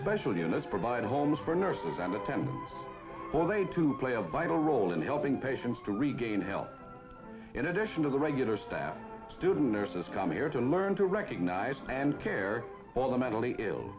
especially those provide homes for nurses and attempt to play a vital role in helping patients to regain health in addition to the regular staff student nurses come here to learn to recognise and care all the mentally ill